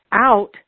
out